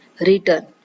return